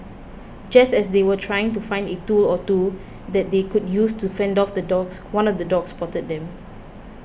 just as they were trying to find a tool or two that they could use to fend off the dogs one of the dogs spotted them